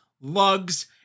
Lug's